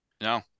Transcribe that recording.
No